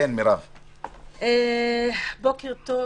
בוקר טוב,